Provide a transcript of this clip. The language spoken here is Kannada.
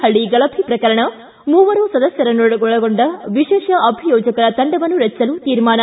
ಹಳ್ಳಿ ಗಲಭೆ ಪ್ರಕರಣ ಮೂವರು ಸದಸ್ವರನ್ನೊಳಗೊಂಡ ವಿಶೇಷ ಅಭಿಯೋಜಕರ ತಂಡವನ್ನು ರಚಿಸಲು ತೀರ್ಮಾನ